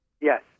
Yes